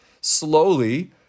slowly